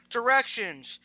Directions